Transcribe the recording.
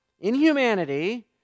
inhumanity